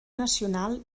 nacional